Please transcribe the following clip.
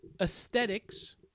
Aesthetics